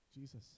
Jesus